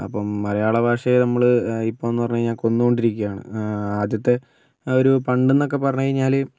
അപ്പോൾ മലയാളഭാഷയെ നമ്മൾ ഇപ്പോന്ന് പറഞ്ഞു കഴിഞ്ഞാൽ കൊന്നു കൊണ്ടിരിക്കുകയാണ് ആദ്യത്തെ ഒരു പണ്ടെന്നൊക്കെ പറഞ്ഞു കഴിഞ്ഞാൽ